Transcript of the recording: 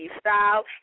Style